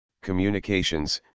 communications